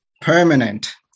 permanent